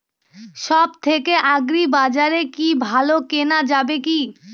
সব থেকে আগ্রিবাজারে কি ভালো কেনা যাবে কি?